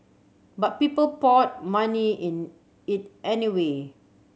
but people poured money in it anyway